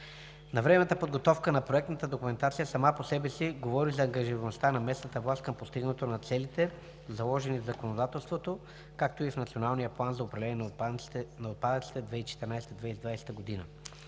Навременната подготовка на проектната документация сама по себе си говори за ангажираността на местната власт към постигането на целите, заложени в законодателството, както и в Националния план за управление на отпадъците 2014 – 2020 г.